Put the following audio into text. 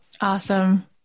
Awesome